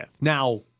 Now